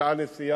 בכשעה נסיעה.